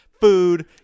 food